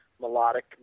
melodic